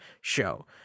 show